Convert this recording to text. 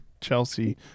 Chelsea